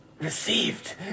received